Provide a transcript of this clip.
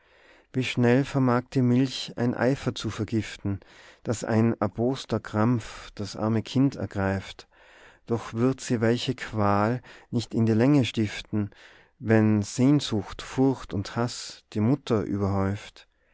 wie schnell vermag die milch ein eifer zu vergiften dass ein erboster krampf das arme kind ergreift doch wird sie welche qual nicht in die länge stiften wenn sehnsucht furcht und haß die mutter überhäuft